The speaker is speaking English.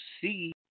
see